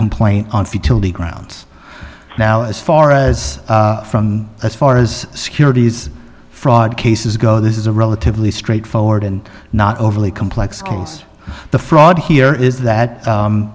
complaint on futility grounds now as far as from as far as securities fraud cases go this is a relatively straightforward and not overly complex cos the fraud here is that